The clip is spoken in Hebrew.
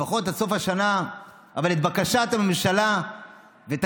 לפחות עד סוף השנה את בקשת הממשלה ואת